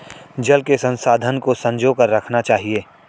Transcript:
जल के संसाधन को संजो कर रखना चाहिए